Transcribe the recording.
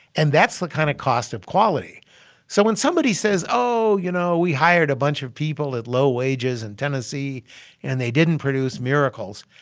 and that's the kind of cost of quality so when somebody says oh, you know, we hired a bunch of people at low wages in tennessee and they didn't produce miracles,